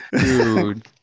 Dude